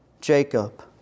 Jacob